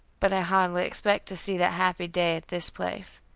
but i hardly expect to see that happy day at this place.